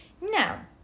Now